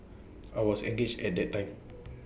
I was engaged at the time